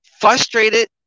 frustrated